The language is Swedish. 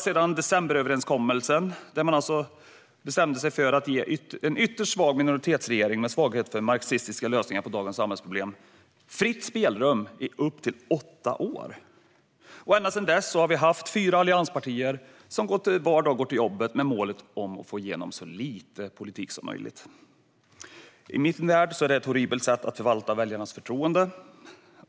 Vid decemberöverenskommelsen bestämde man sig för att ge en ytterst svag minoritetsregering, med svaghet för marxistiska lösningar på dagens samhällsproblem, fritt spelrum i upp till åtta år. Sedan dess har vi haft fyra allianspartier vilkas företrädare varje dag går till jobbet med målet att få igenom så lite politik som möjligt. I min värld är detta ett horribelt sätt att förvalta väljarnas förtroende.